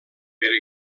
per